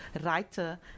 writer